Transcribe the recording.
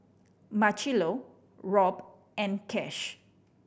Marchello Robb and Cash